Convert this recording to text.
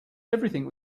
everything